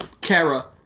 Kara